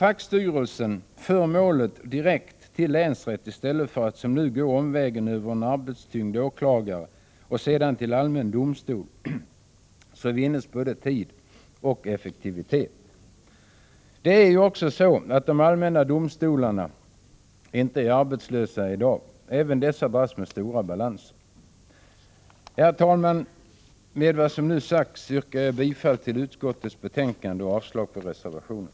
Om fackstyrelsen för målet direkt till länsrätt i stället för att som nu gå omvägen över en arbetstyngd åklagare och sedan till allmän domstol, vinnes både tid och effektivitet. Det är ju också så att de allmänna domstolarna inte är arbetslösa i dag. Även dessa dras med stora balanser. Herr talman! Med vad som nu sagts yrkar jag bifall till utskottets hemställan och avslag på reservationen.